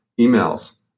emails